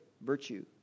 virtue